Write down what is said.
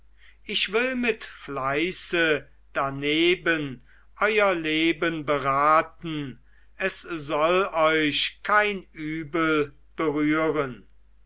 ich will mit fleiße darneben euer leben beraten es soll euch kein übel berühren